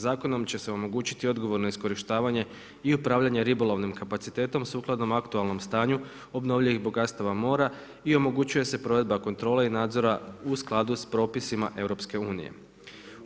Zakonom će se omogućiti odgovorno iskorištavanje i upravljanje ribolovnim kapacitetom sukladno aktualnom stanju obnovljivih bogatstava mora i omogućuje se provedba kontrole i nadzora u skladu s propisima EU-a.